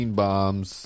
bombs